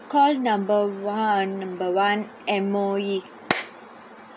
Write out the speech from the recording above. call number one number one M_O_E